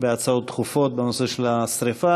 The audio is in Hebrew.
בהצעות דחופות בנושא השרפה.